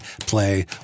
play